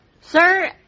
Sir